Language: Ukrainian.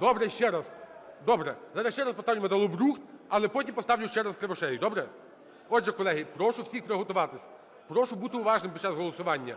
Добре, ще раз. Добре, зараз ще раз поставлю металобрухт, але потім поставлю ще раз Кривошеї, добре? Отже, колеги, прошу всіх приготуватися. Прошу бути уважним під час голосування.